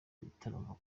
bitaramo